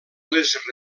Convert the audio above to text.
les